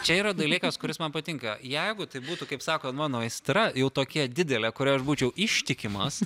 čia yra dalykas kuris man patinka jeigu tai būtų kaip sakot mano aistra jau tokia didelė kuriai aš būčiau ištikimas